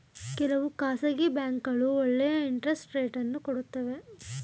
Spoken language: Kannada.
ಕೆಲವು ಖಾಸಗಿ ಬ್ಯಾಂಕ್ಗಳು ಒಳ್ಳೆಯ ಇಂಟರೆಸ್ಟ್ ರೇಟ್ ಅನ್ನು ಕೊಡುತ್ತವೆ